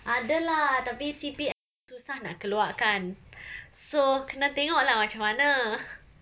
ada lah tapi C_P_F pun susah nak keluarkan so kena tengok lah macam mana